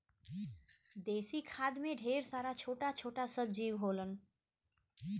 देसी खाद में ढेर सारा छोटा छोटा सब जीव होलन